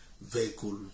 vehicle